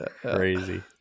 crazy